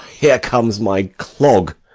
here comes my clog.